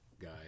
guy